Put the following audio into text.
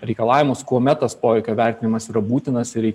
reikalavimus kuomet tas poveikio vertinimas yra būtinas ir